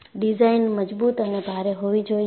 design મજબૂત અને ભારે હોવી જોઈએ